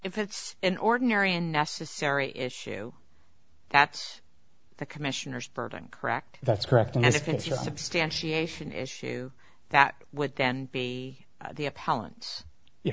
if it's an ordinary and necessary issue that's the commissioner's burden correct that's correct and if it's your substantiation issue that would then be the a palance ye